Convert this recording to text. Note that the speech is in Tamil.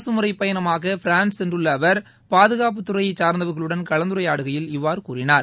அரசுமுறைப் பயணமாக பிரான்ஸ் சென்றுள்ள அவா் பாதுகாப்புத் துறையைச் சார்ந்தவா்களுடன் கலந்துரையாடுகையில் இவ்வாறு கூறினார்